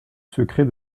secret